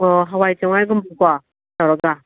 ꯑꯣ ꯍꯋꯥꯏ ꯆꯦꯡꯋꯥꯏꯒꯨꯝꯕꯀꯣ ꯇꯧꯔꯒ